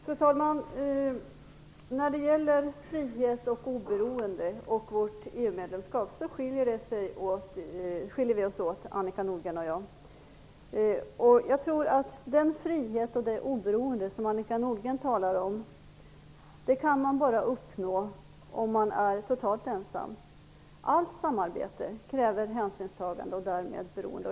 Fru talman! När det gäller frihet, oberoende och vårt EU-medlemskap skiljer Annika Nordgrens och min uppfattning sig åt. Den frihet och det oberoende som Annika Nordgren talar om tror jag att man bara kan uppnå om man är totalt ensam. Allt samarbete kräver hänsynstagande och därmed beroende.